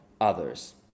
others